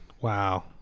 Wow